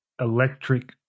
Electric